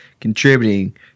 contributing